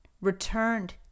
returned